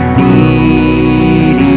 need